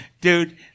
Dude